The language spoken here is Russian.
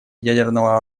ядерного